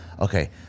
Okay